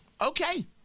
Okay